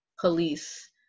police